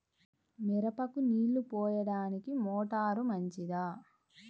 మిరపకు నీళ్ళు పోయడానికి మోటారు మంచిదా?